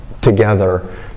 together